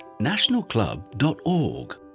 nationalclub.org